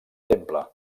temple